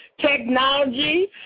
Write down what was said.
technology